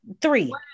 three